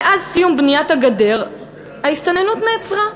מאז סיום בניית הגדר ההסתננות נעצרה.